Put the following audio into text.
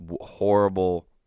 Horrible